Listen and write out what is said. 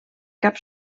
cap